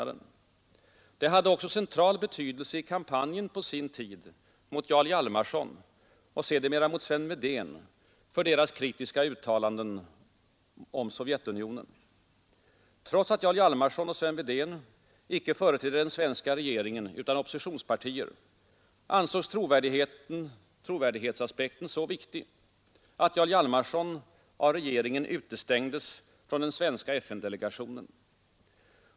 Det hade också central betydelse i kampanjen på sin tid mot Jarl Hjalmarson och sedermera mot Sven Wedén för deras kritiska uttalanden om Sovjetunionen. Trots att Jarl Hjalmarson och Sven Wedén icke företrädde den svenska regeringen utan två oppositionspartier ansågs trovärdighetsaspekten så viktig att Jarl Hjalmarson av regeringen utestängdes från den svenska FN-delegationen.